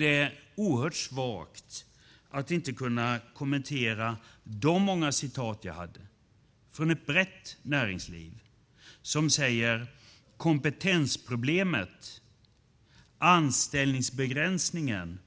Det är oerhört svagt att inte kunna kommentera mina många citat här av uttalanden från ett brett näringsliv som säger att kompetensproblemet, anställningsbegränsningen,